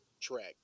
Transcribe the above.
track